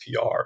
PR